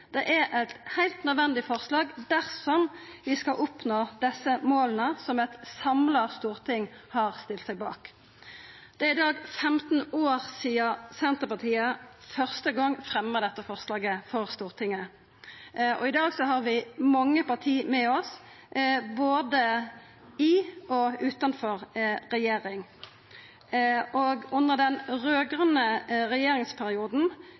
trinn, er eit heilt nødvendig forslag dersom vi skal oppnå desse måla som eit samla storting har stilt seg bak. Det er i dag 15 år sidan Senterpartiet første gong fremja dette forslaget for Stortinget. I dag har vi mange parti med oss, både i og utanfor regjeringa. Under den raud-grøne regjeringsperioden